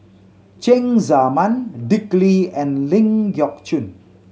Cheng Tsang Man Dick Lee and Ling Geok Choon